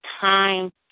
time